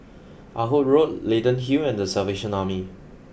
Ah Hood Road Leyden Hill and the Salvation Army